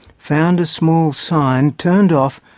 found a small sign, turned off,